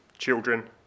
children